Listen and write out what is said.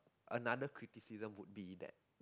another criticism would be that with